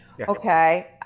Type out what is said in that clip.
Okay